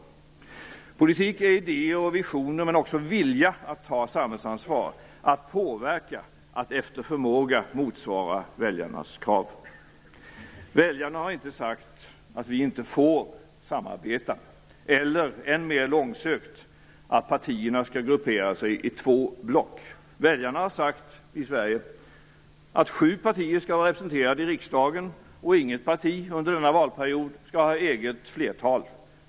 Politik är idéer och visioner men också vilja, att ta samhällsansvar, att påverka, att efter förmåga motsvara väljarnas krav. Väljarna har inte sagt att vi inte får samarbeta eller - än mer långsökt! - att partierna skall gruppera sig i två block. Väljarna i Sverige har sagt att sju partier skall vara representerade i riksdagen och inget parti under denna valperiod skall ha eget flertal.